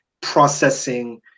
processing